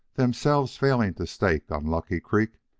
themselves failing to stake on lucky creeks,